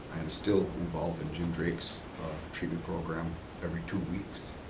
i am still involved in jim drake's treatment program every two weeks.